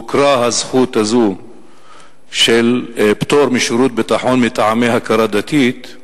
הוכרה הזכות הזו של פטור משירות ביטחון מטעמי הכרה דתית,